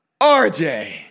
RJ